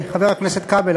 חבר הכנסת כבל,